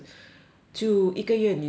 就一个月你就去了